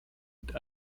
mit